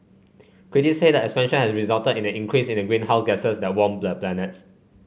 critics say the expansion has resulted in an increase in the greenhouse gases that warm the planets